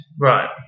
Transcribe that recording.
Right